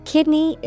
Kidney